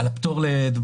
יש